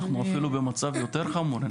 אנחנו אפילו במצב יותר חמור,